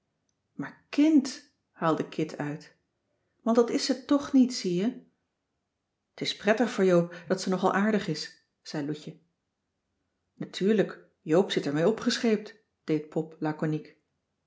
maar kind haalde kit uit want dat is ze toch niet zie je t is prettig voor joop dat ze nogal aardig is zei loutje natuurlijk joop zit er mee opgescheept deed pop laconiek